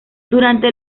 durante